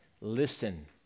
listen